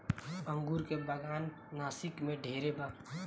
अंगूर के बागान नासिक में ढेरे बा